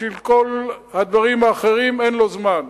בשביל כל הדברים האחרים אין לו זמן.